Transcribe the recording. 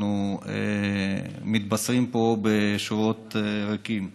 אנחנו מתבשרים פה בשורות ריקות.